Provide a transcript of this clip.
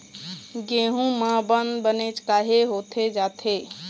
गेहूं म बंद बनेच काहे होथे जाथे?